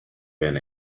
been